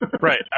Right